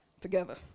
together